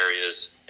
areas